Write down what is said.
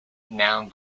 noun